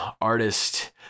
artist